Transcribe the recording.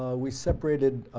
we separated